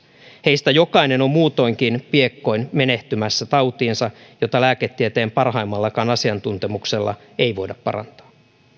heistä jokainen on muutoinkin piakkoin menehtymässä tautiinsa jota lääketieteen parhaimmallakaan asiantuntemuksella ei voida parantaa